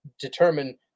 determine